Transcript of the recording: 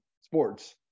sports